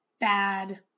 bad